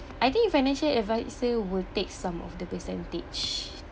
I think financial adviser will take some of the percentage